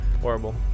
Horrible